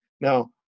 Now